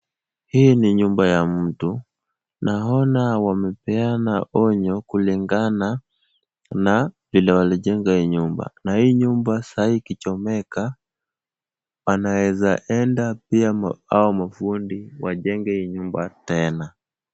Hii ni nyumba ya mtu. Naona wamepeana onyo kulingana na vile walijenga hii nyumba na hii nyumba saa hii ikichomeka wanaweza enda pia hao mafundi wajenge hii nyumba tena.